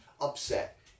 upset